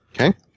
Okay